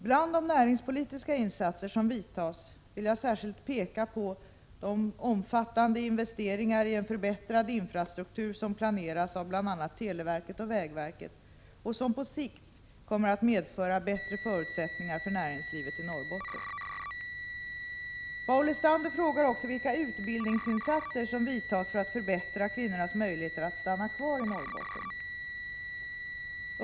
Bland de näringspolitiska insatser som görs vill jag särskilt peka på de omfattande investeringar i en förbättrad infrastruktur som planeras av bl.a. televerket och vägverket och som på sikt kommer att medföra bättre förutsättningar för näringslivet i Norrbotten. Paul Lestander frågar också vilka utbildningsinsatser som görs för att förbättra kvinnornas möjligheter att stanna kvar i Norrbotten.